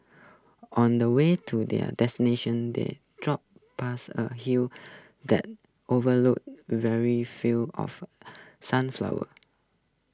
on the way to their destination they drove past A hill that overlooked very fields of sunflowers